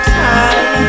time